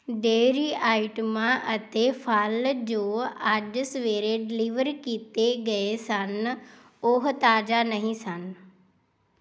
dairy ਆਈਟਮਾਂ ਅਤੇ ਫ਼ਲ ਜੋ ਅੱਜ ਸਵੇਰੇ ਡਿਲੀਵਰ ਕੀਤੇ ਗਏ ਸਨ ਉਹ ਤਾਜ਼ਾ ਨਹੀਂ ਸਨ